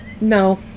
no